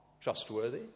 trustworthy